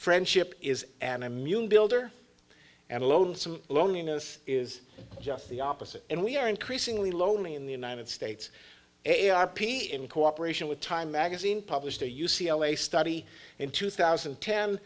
friendship is an immune builder and lonesome loneliness is just the opposite and we are increasingly lonely in the united states a r p in cooperation with time magazine published a u c l a study in two thousand